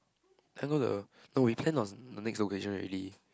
I don't know the no we plan on the next location already